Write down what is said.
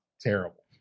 Terrible